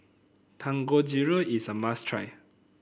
dangojiru is a must try